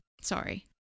Sorry